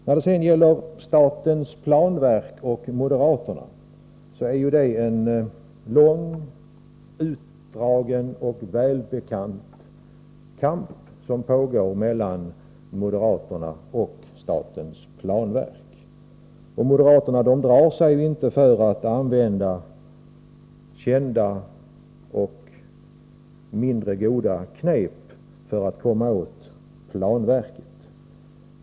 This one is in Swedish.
När det sedan gäller statens planverk är det en långt utdragen och välbekant kamp som pågår mellan moderaterna och planverket. Moderaterna drar sig inte för att använda kända och mindre goda knep för att komma åt planverket.